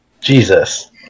Jesus